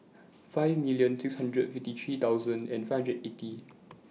five million six hundred fifty three thousand and five hundred eighty